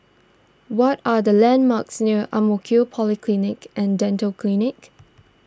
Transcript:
what are the landmarks near Ang Mo Kio Polyclinic and Dental Clinic